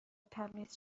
تمیز